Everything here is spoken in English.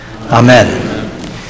Amen